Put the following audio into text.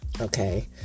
okay